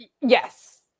Yes